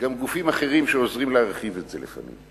גם גופים אחרים שעוזרים להרחיב את זה לפעמים.